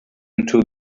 into